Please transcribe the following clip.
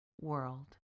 world